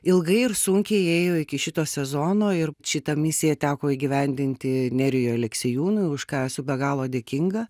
ilgai ir sunkiai ėjo iki šito sezono ir šita misija teko įgyvendinti nerijui aleksiejūnui už ką esu be galo dėkinga